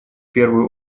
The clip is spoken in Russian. первую